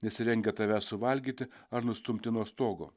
nesirengia tavęs suvalgyti ar nustumti nuo stogo